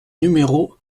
numéro